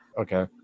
okay